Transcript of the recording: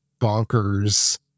bonkers